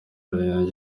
giterane